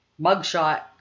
mugshot